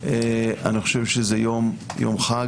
אני חושב שזה יום חג.